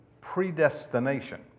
predestination